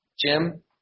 Jim